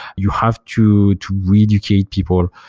you have to to reeducate people.